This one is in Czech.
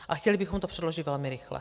A chtěli bychom to předložit velmi rychle.